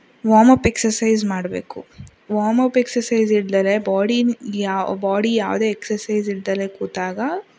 warm-up exercise ಮಾಡಬೇಕು warmup exercise ಇಲ್ದಲೇ body ಯಾ ಬಾಡಿ ಯಾವುದೇ ಎಕ್ಸರ್ಸೈಸ್ ಇಲ್ದಲೇ ಕೂತಾಗ